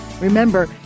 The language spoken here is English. Remember